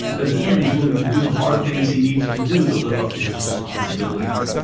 but at the end he's willing to do the hard things he needs to do to live up to his responsibilities.